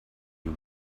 you